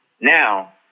Now